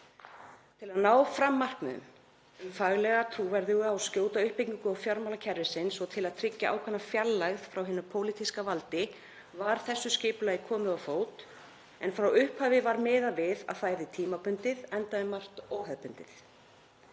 Til að ná fram markmiðum um faglega, trúverðuga og skjóta uppbyggingu fjármálakerfisins og til að tryggja ákveðna fjarlægð frá hinu pólitíska valdi var þessu skipulagi komið á fót en frá upphafi var miðað við að það yrði tímabundið enda um margt óhefðbundið.